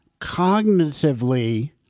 cognitively